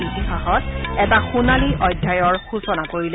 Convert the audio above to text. ইতিহাসত এটা সোণালী অধ্যায়ৰ সুচনা কৰিলে